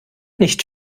nicht